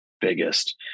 biggest